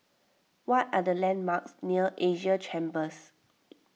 what are the landmarks near Asia Chambers